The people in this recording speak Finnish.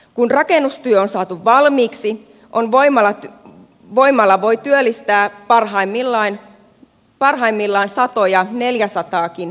kun rakennustyö on saatu valmiiksi voimala voi työllistää parhaimmillaan satoja henkilöitä siellä voi olla neljäsataakin pysyvää työpaikkaa